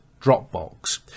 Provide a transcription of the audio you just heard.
Dropbox